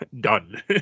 done